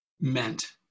meant